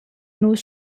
nus